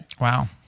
Wow